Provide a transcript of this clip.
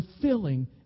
fulfilling